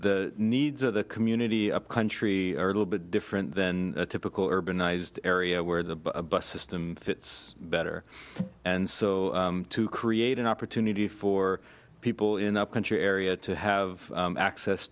the needs of the community a country little bit different than a typical urbanized area where the bus system fits better and so to create an opportunity for people in that country area to have access